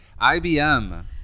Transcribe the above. IBM